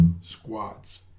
squats